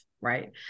Right